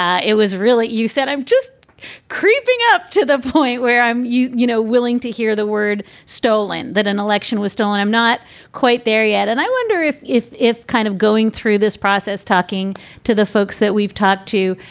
ah it was really you said, i'm just creeping up to the point where i'm, you you know, willing to hear the word stolen that an election was stolen. i'm not quite there yet. and i wonder if if if kind of going through this process, talking to the folks that we've talked to,